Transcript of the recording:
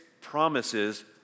promises